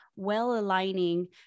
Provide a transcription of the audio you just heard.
well-aligning